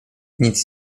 nic